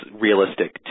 realistic